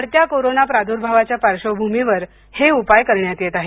वाढत्या कोरोना प्रदुर्भावाच्या पार्श्वभूमीवर हे उपाय करण्यात येत आहे